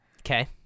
Okay